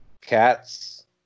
cats